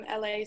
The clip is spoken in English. LA